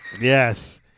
Yes